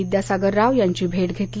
विद्यासागर राव यांची भेट घेतली